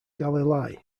galilei